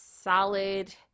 solid